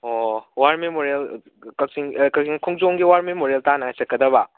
ꯑꯣ war memorial ꯀꯥꯛꯆꯤꯡ ꯀꯥꯛꯆꯤꯡ ꯈꯣꯡꯖꯣꯝꯒꯤ ꯋꯥꯔ ꯃꯦꯃꯣꯔꯤꯌꯦꯜ ꯇꯥꯟꯅ ꯆꯠꯀꯗꯕ